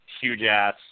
huge-ass